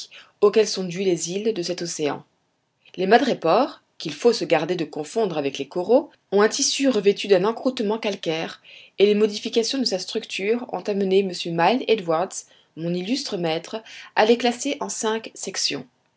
auquel sont dues les îles de cet océan les madrépores qu'il faut se garder de confondre avec les coraux ont un tissu revêtu d'un encroûtement calcaire et les modifications de sa structure ont amené m milne edwards mon illustre maître à les classer en cinq sections